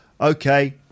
okay